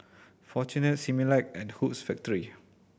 Fortune Similac and Hoops Factory